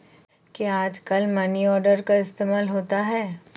क्या आजकल money order का इस्तेमाल होता है?